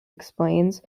explains